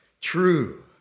true